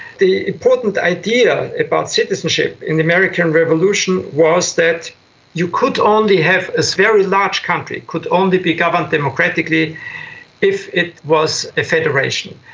the important idea about citizenship in the american revolution was that you could only have, a very large country could only be governed democratically if it was a federation,